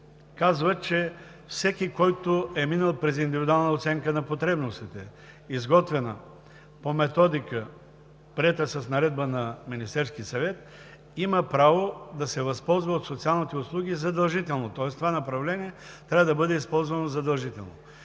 казва, че всеки, който е минал през индивидуална оценка на потребностите, изготвена по методика, приета с наредба на Министерския съвет, има право да се възползва от социалните услуги задължително, тоест това направление трябва да бъде използвано задължително.